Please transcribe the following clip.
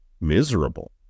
miserable